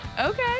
Okay